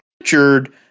Richard